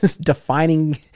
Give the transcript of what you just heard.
defining